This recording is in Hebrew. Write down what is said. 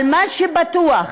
אבל מה שבטוח,